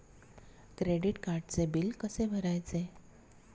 Credit कार्डचे bill कसे भरायचे?